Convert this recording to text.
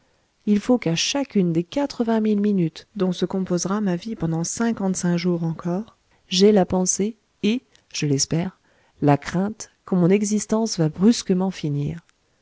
il faut qu'à chacune des quatre-vingt mille minutes dont se composera ma vie pendant cinquante-cinq jours encore j'aie la pensée et je l'espère la crainte que mon existence va brusquement finir